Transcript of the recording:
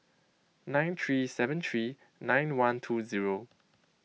nine three seven three nine one two zero